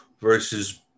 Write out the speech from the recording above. Versus